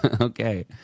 Okay